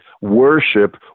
worship